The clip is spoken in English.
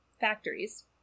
factories